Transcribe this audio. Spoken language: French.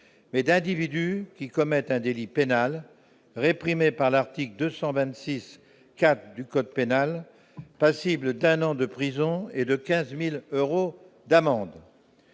mais d'individus qui commettent un délit pénal réprimé par l'article 226 4 du code pénal passible d'un an de prison et de 15000 euros d'amende